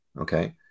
okay